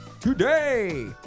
Today